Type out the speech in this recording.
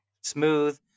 smooth